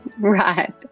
Right